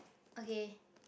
okay